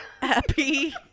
Happy